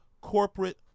corporate